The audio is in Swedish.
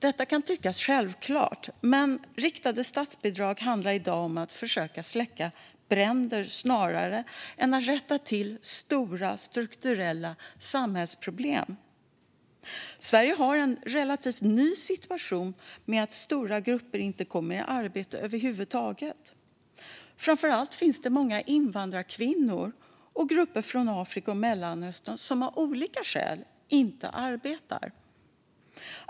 Detta kan tyckas självklart, men riktade statsbidrag handlar i dag om att försöka släcka bränder snarare än om att rätta till stora strukturella samhällsproblem. Sverige har en relativt ny situation där stora grupper inte kommer i arbete över huvud taget. Framför allt är det många invandrarkvinnor och grupper från Afrika och Mellanöstern som av olika skäl inte arbetar.